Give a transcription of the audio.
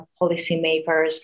policymakers